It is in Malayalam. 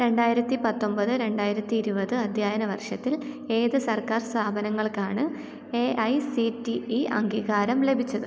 രണ്ടായിരത്തിപത്തൊമ്പത് രണ്ടായിരത്തി ഇരുപത് അധ്യയന വർഷത്തിൽ ഏത് സർക്കാർ സ്ഥാപനങ്ങൾക്കാണ് A I C T E അംഗീകാരം ലഭിച്ചത്